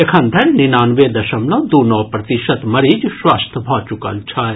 एखन धरि निनानवे दशमलव दू नओ प्रतिशत मरीज स्वस्थ भऽ चुकल छथि